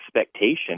expectation